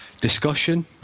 discussion